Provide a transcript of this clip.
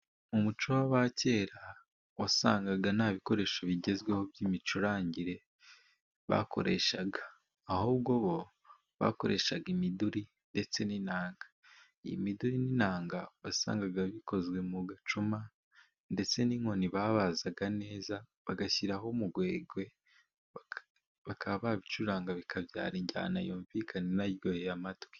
Umuco w'abakera wasangaga nta bikoresho bigezweho by'imicurangire bakoreshaga, ahubwo bo bakoreshaga imiduri ndetse n'inanga. Imideri n'inanga wasangaga bikozwe mu gacuma, ndetse n'inkoni babazaga neza bagashyiraho umugwegwe, bakaba babicuranga bikabyara injyana yumvikana inaryoheye amatwi.